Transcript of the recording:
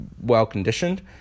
well-conditioned